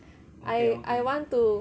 I I want to